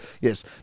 Yes